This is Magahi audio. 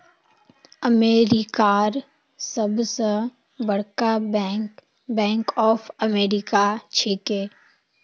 अमेरिकार सबस बरका बैंक बैंक ऑफ अमेरिका छिके